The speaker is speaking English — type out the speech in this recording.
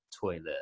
toilet